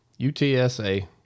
UTSA